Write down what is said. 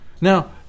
Now